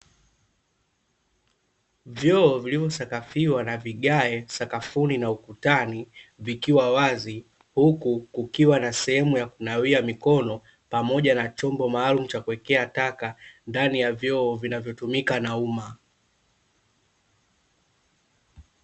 Vyoo vilivyosakafiwa na viage sakafuni na ukutani vikiwa wazi, huku kukiwa na sehemu ya kunawia mikono, pamoja na chombo maalumu cha kuwekea taka ndani ya vyoo vinavyotumika na umma.